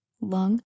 lung